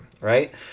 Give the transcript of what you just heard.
right